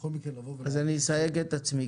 בכל מקרה --- אז אני אסייג את עצמי.